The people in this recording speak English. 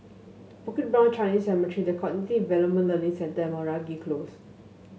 Bukit Brown Chinese Cemetery The Cognitive Development Learning Centre and Meragi Close